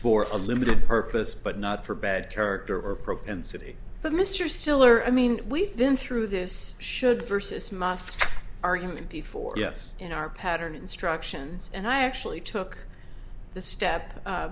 for a limited purpose but not for bad character or propensity but mr stiller i mean we've been through this should versus mosque argument before us in our pattern instructions and i actually took the step